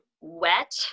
wet